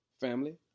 Family